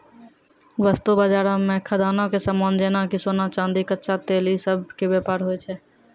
वस्तु बजारो मे खदानो के समान जेना कि सोना, चांदी, कच्चा तेल इ सभ के व्यापार होय छै